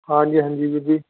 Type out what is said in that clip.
ਹਾਂਜੀ ਹਾਂਜੀ ਵੀਰ ਜੀ